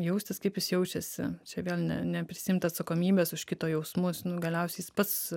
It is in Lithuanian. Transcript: jaustis kaip jis jaučiasi čia vėl ne neprisiimt atsakomybės už kito jausmus nu galiausiai jis pats